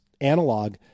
analog –